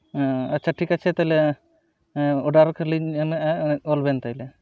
ᱦᱮᱸ ᱟᱪᱪᱷᱟ ᱴᱷᱤᱠ ᱟᱪᱷᱮ ᱛᱟᱦᱚᱞᱮ ᱚᱰᱟᱨ ᱛᱟᱞᱤᱧ ᱚᱞᱵᱮᱱ ᱛᱟᱦᱚᱞᱮ